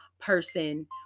person